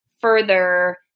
further